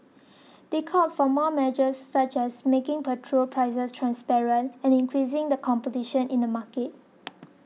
they called for more measures such as making petrol prices transparent and increasing the competition in the market